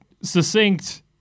succinct